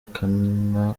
akana